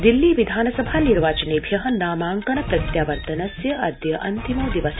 दिल्ली विधानसभा निर्वाचनेभ्य नामांकन प्रत्यावर्तनस्याद्यान्तिमो दिवस